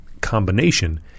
Combination